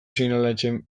seinalatzen